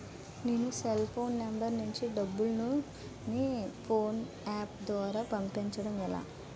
నేను cell phone number నుంచి డబ్బును ను ఫోన్పే అప్ ద్వారా పంపించడం ఎలా?